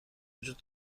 وجود